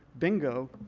bingo,